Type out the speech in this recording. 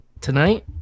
Tonight